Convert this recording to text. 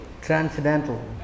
transcendental